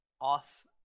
off